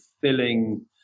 filling